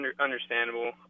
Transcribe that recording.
Understandable